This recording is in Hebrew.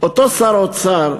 אותו שר אוצר,